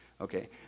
okay